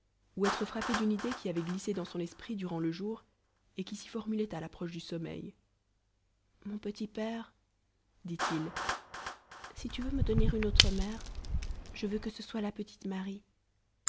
ou être frappé d'une idée qui avait glissé dans son esprit durant le jour et qui s'y formulait à l'approche du sommeil mon petit père dit-il si tu veux me donner une autre mère je veux que ce soit la petite marie